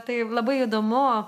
tai labai įdomu